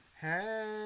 Hey